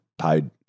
paid